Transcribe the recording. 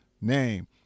name